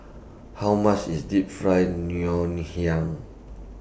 How much IS Deep Fried Ngoh Hiang